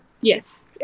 Yes